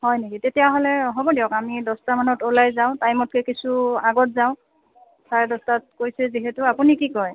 হয় নেকি তেতিয়াহ'লে হ'ব দিয়ক আমি দছটা মানত ওলাই যাওঁ টাইমতকৈ কিছু আগত যাওঁ চাৰে দছটাত কৈছে যিহেতু আপুনি কি কয়